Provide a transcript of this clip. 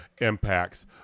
impacts